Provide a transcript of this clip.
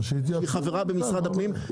היא חברה במשרד הפנים,